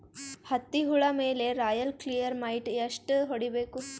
ಹತ್ತಿ ಹುಳ ಮೇಲೆ ರಾಯಲ್ ಕ್ಲಿಯರ್ ಮೈಟ್ ಎಷ್ಟ ಹೊಡಿಬೇಕು?